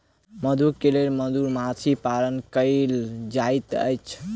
मधु के लेल मधुमाछी पालन कएल जाइत अछि